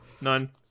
none